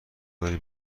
داری